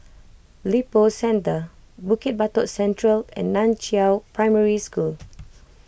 Lippo Centre Bukit Batok Central and Nan Chiau Primary School